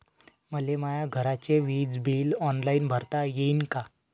मले माया घरचे विज बिल ऑनलाईन भरता येईन का?